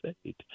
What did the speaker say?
state